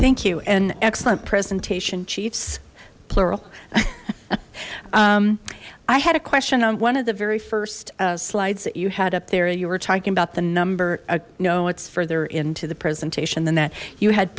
thank you and excellent presentation chiefs plural i had a question on one of the very first slides that you had up there you were talking about the number i know it's further into the presentation than that you had